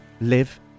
live